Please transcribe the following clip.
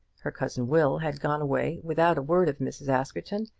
her cousin will had gone away without a word of mrs. askerton,